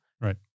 Right